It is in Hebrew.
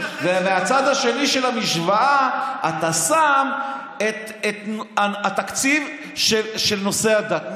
ומהצד השני של המשוואה אתה שם את התקציב של נושא הדת.